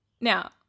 now